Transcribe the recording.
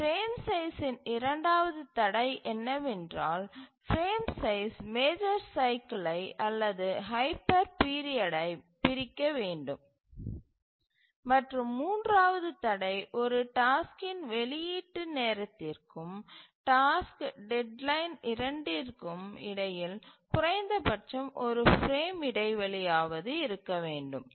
frame சைஸ்சின் இரண்டாவது தடை என்னவென்றால் பிரேம் சைஸ் மேஜர் சைக்கிலை அல்லது ஹைப்பர் பீரியட் பிரிக்க வேண்டும் மற்றும் மூன்றாவது தடை ஒரு டாஸ்க்கின் வெளியீட்டு நேரத்திற்கும் டாஸ்க் டெட்லைன் இரண்டிற்கும் இடையில் குறைந்தபட்சம் ஒரு பிரேம் இடைவெளி ஆவது இருக்க வேண்டும்